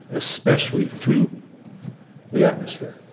especially through the atmosphere.